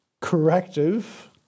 corrective